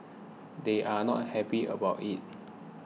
they're not happy about it